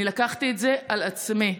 אני לקחתי את זה על עצמי.